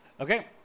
okay